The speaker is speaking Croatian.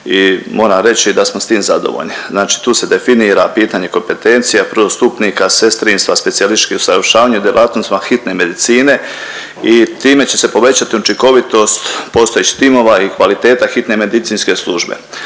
moram reći da smo s tim zadovoljni. Znači tu se definira pitanje kompetencija prvostupnika sestrinstva, specijalistički usavršavanje djelatnostima hitne medicine i time će se povećati učinkovitost postojećih timova i kvaliteta hitne medicinske službe.